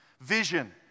Vision